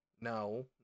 No